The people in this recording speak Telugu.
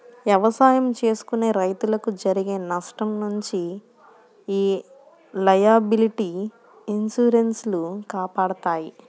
ఎవసాయం చేసుకునే రైతులకు జరిగే నష్టం నుంచి యీ లయబిలిటీ ఇన్సూరెన్స్ లు కాపాడతాయి